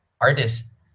artist